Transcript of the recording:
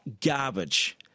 garbage